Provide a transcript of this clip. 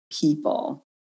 people